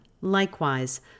likewise